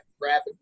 graphic